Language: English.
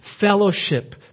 fellowship